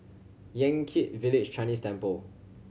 Yan Kit Village Chinese Temple